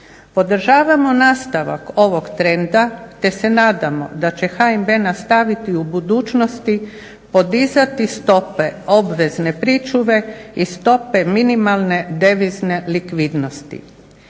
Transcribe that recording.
Podržavamo nastavak ovog trenda te se nadamo da će HNB nastaviti u budućnosti podizati stope obveze pričuve i stope minimalne devizne likvidnosti.